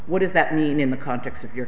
what does that mean in the context of your